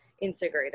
integrated